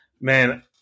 man